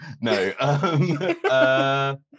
no